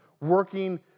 working